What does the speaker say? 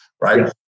right